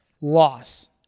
loss